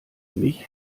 mich